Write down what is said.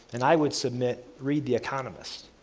and i would submit read the economist.